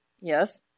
Yes